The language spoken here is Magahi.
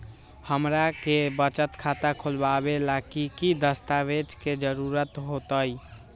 हमरा के बचत खाता खोलबाबे ला की की दस्तावेज के जरूरत होतई?